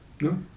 No